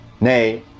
Nay